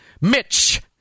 Mitch